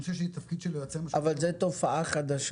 אני חושב שהתפקיד של יועצי המשכנתאות --- אבל זאת תופעה חדשה.